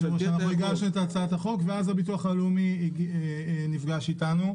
הגשנו את הצעת החוק ואז הביטוח הלאומי נפגש איתנו.